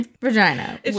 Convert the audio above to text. vagina